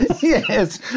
Yes